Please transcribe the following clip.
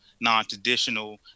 non-traditional